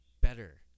better